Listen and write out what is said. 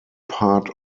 part